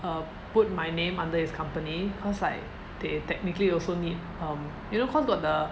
err put my name under his company cause like they technically also need um you know cause got the